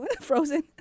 Frozen